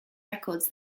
records